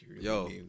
Yo